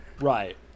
Right